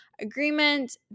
agreement